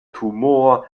tumor